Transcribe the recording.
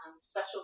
special